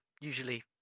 usually